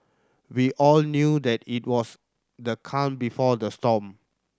we all knew that it was the calm before the storm